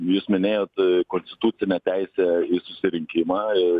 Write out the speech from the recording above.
jūs minėjot konstitucinę teisę į susirinkimą ir